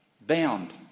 Bound